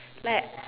like